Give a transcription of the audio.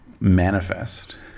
manifest